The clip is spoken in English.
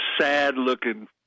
sad-looking